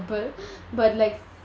but like